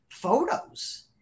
photos